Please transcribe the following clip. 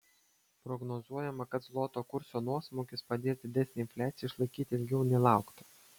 prognozuojama kad zloto kurso nuosmukis padės didesnę infliaciją išlaikyti ilgiau nei laukta